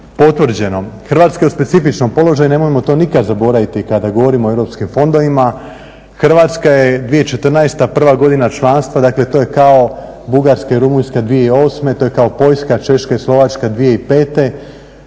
potvrđeno. Hrvatska je u specifičnom položaju, nemojmo to nikad zaboraviti kada govorimo o Europskim fondovima. Hrvatskoj je 2014. prva godina članstva, dakle to je kao Bugarska i Rumunjska 2008., to je kao Poljska, Češka i Slovačka 2005.